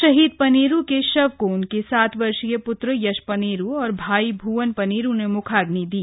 शहीद पनेरू के शव को उनके सात वर्षीय पुत्र यश पनेरू और भाई भुवन पनेरू ने मुखाग्नि दी